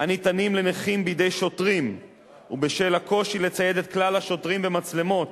הניתנים לנכים בידי שוטרים ובשל הקושי לצייד את כלל השוטרים במצלמות,